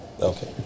okay